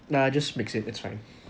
nah just mix it that's fine